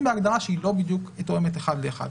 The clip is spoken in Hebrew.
בהגדרה שהיא לא בדיוק תואמת אחד לאחד.